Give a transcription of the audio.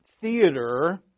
theater